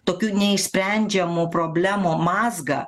tokių neišsprendžiamų problemų mazgą